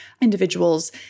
individuals